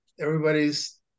everybody's